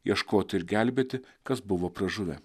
ieškoti ir gelbėti kas buvo pražuvę